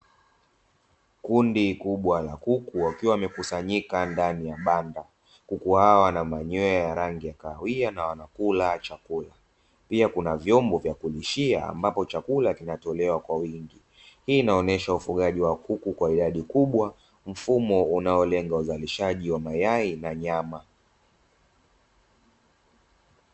Kundi kubwa la kuku wakiwa wamekusanyika ndani ya banda, kuku hawa wana manyoya ya rangi ya kahawia na wanakula chakula pia kuna vyombo vya kulishia, ambapo chakula kinatolewa kwa wingi hii inaonesha ufugaji wa kuku kwa idadi kubwa, mfumo unaolenga uzalishaji wa mayai na nyama.